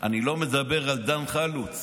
אני לא מדבר על דן חלוץ,